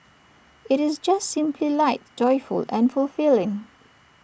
IT is just simply light joyful and fulfilling